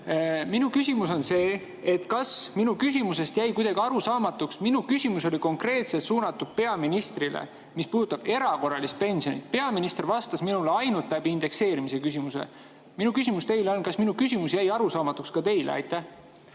Minu küsimus on see: kas minu küsimus jäi kuidagi arusaamatuks? Minu küsimus oli konkreetselt suunatud peaministrile [ja] puudutas erakorralist pensioni[tõusu]. Peaminister vastas mulle ainult indekseerimist [silmas pidades]. Minu küsimus teile on: kas minu küsimus jäi arusaamatuks ka teile? Aitäh!